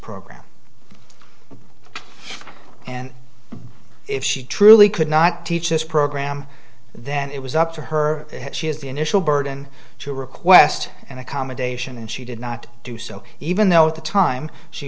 program and if she truly could not teach this program then it was up to her she has the initial burden to request an accommodation and she did not do so even though at the time she